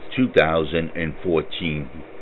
2014